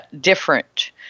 different